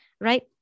right